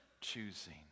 choosing